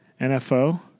NFO